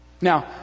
Now